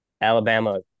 Alabama